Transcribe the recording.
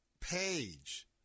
page